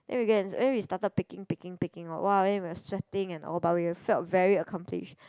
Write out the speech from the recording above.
then we and we started picking picking picking then !wah! then we were sweating and all but we were felt very accomplished